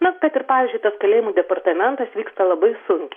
na kad ir pavyzdžiui kalėjimų departamentas vyksta labai sunkiai